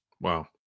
Wow